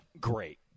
great